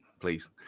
please